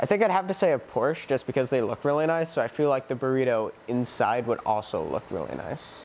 i think i'd have to say a porsche just because they look really nice i feel like the burrito inside would also look really nice